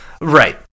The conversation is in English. right